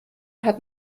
hat